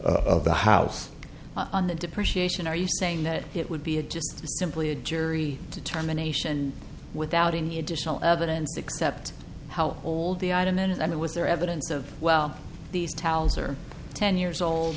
of the house on the depreciation are you saying that it would be a just simply a jury determination without any additional evidence except how old the item and it was their evidence of well these towels are ten years old